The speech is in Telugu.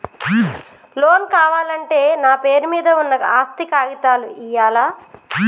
లోన్ కావాలంటే నా పేరు మీద ఉన్న ఆస్తి కాగితాలు ఇయ్యాలా?